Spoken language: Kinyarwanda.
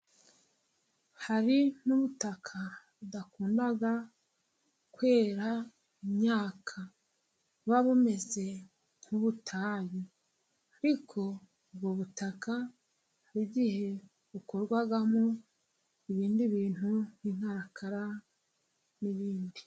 Hari n'ubutaka budakunda kwera imyaka, buba bumeze nk'ubutayu, ariko ubwo butaka igihe bukorwamo ibindi bintu nk'inkarakara n'ibindi.